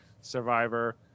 Survivor